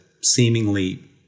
seemingly